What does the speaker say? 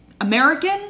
American